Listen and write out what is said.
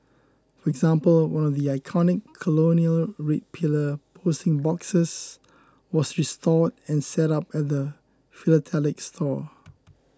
for example one of the iconic colonial red pillar posting boxes was restored and set up at the philatelic store